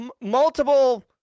multiple